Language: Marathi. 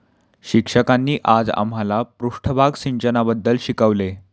शिक्षकांनी आज आम्हाला पृष्ठभाग सिंचनाबद्दल शिकवले